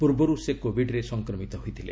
ପୂର୍ବରୁ ସେ କୋବିଡ୍ରେ ସଂକ୍ରମିତ ହୋଇଥିଲେ